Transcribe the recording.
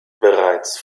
bereits